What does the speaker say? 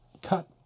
cut